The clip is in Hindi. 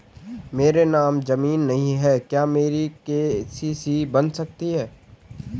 मेरे नाम ज़मीन नहीं है क्या मेरी के.सी.सी बन सकती है?